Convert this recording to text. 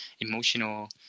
emotional